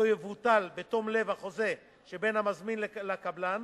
יבוטל בתום לב החוזה שבין המזמין לקבלן